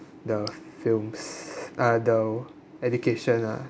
the films uh the education lah